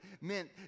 meant